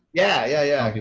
yeah.